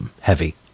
heavy